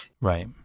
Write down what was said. Right